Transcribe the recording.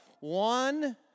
One